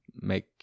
make